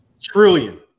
Trillion